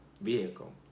vehicle